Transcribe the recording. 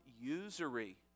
usury